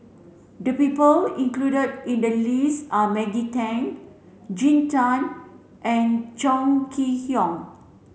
the people included in the list are Maggie Teng Jean Tay and Chong Kee Hiong